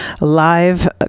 live